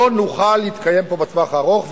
לא נוכל להתקיים פה בטווח הארוך.